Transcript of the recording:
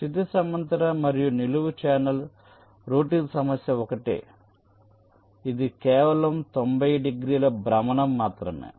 క్షితిజ సమాంతర మరియు నిలువు ఛానల్ రౌటింగ్ సమస్య ఒకటే ఇది కేవలం 90 డిగ్రీల భ్రమణం మాత్రమే